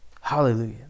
Hallelujah